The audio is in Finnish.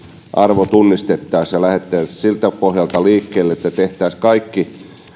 arvo tunnistettaisiin ja lähdettäisiin siltä pohjalta liikkeelle että tehtäisiin kaikki